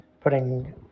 putting